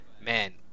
man